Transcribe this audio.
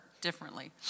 differently